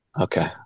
Okay